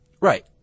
Right